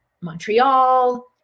montreal